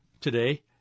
today